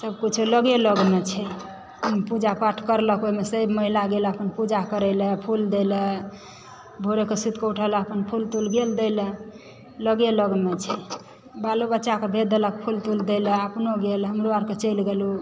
सभ किछु लगे लगमे छै अपन पूजा पाठ करलक ओहिमे सभ महिला गेल अपन पूजा करय ला फूल दय लऽ भोरे कऽ सुति उठल अपन फूल तूल गेल दय लऽ लगे लगमे छै बालो बच्चाकेँ भेज देलक फूल दय लऽ अपनो गेल हमरो आरके चलि गेलहुँ